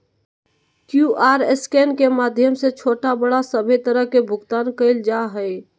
QR scan के माध्यम से छोटा बड़ा सभे तरह के भुगतान कइल जा हइ